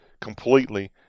completely